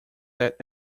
that